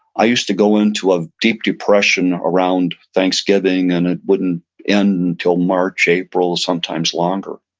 i used to go into a deep depression around thanksgiving and it wouldn't end until march april, sometimes longer.